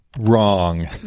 wrong